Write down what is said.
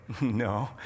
No